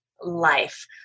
life